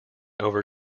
over